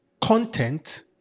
content